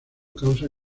causa